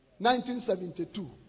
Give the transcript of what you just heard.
1972